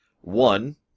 One